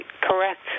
correct